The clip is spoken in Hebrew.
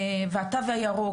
והתו הירוק,